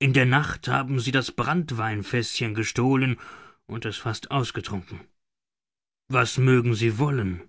in der nacht haben sie das branntweinfäßchen gestohlen und es fast ausgetrunken was mögen sie wollen